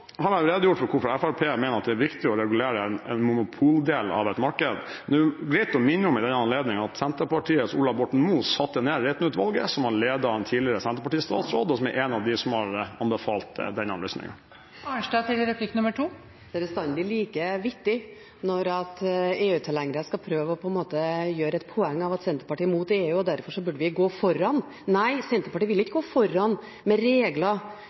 har jeg jo redegjort for hvorfor Fremskrittspartiet mener at det er viktig å regulere en monopoldel av et marked. Det er greit å minne om i den anledning at Senterpartiets Ola Borten Moe satte ned Reiten-utvalget, som var ledet av en tidligere senterpartistatsråd, og som er en av dem som har anbefalt denne løsningen. Det er bestandig like vittig når EU-tilhengere skal prøve på en måte å gjøre et poeng av at Senterpartiet er imot EU, og derfor burde vi gå foran. Nei, Senterpartiet vil ikke gå foran med regler